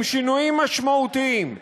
עם שינויים משמעותיים,